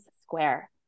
square